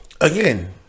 again